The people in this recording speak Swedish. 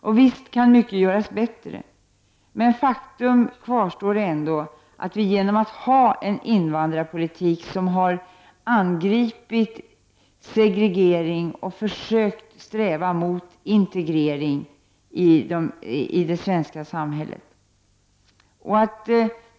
Och visst kan mycket göras bättre, men faktum kvarstår ändå, nämligen att vi har fått en invandrarpolitik som har angripit segregering och som har försökt sträva mot integrering av invandrarna i det svenska samhället.